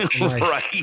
Right